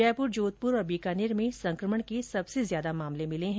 जयप्र जोधपुर और बीकानेर में संक्रमण के सबसे ज्यादा मामले मिले हैं